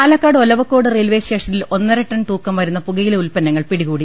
പാലക്കാട് ഒലവക്കോട് റെയിൽവെസ്റ്റേഷനിൽ ഒന്നര ടൺതൂക്കം വരുന്ന പുകയില ഉൽപ്പന്നങ്ങൾ പിടികൂടി